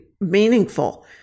meaningful